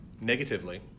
negatively